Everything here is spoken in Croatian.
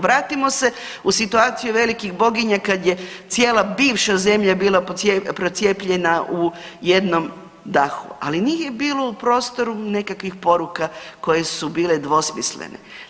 Vratimo se u situaciju velikih boginja kad je cijela bivša zemlja bila procijepljena u jednom dahu, ali nije bilo u prostoru nekakvih poruka koje su bile dvosmislene.